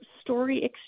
story